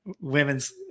women's